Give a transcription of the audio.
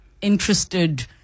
interested